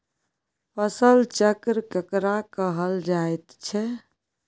फसल चक्र केकरा कहल जायत छै?